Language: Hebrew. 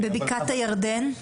בבקעת הירדן?